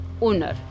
owner